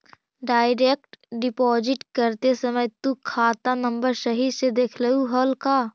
Direct deposit करते समय तु खाता नंबर सही से देखलू हल का?